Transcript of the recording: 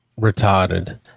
Retarded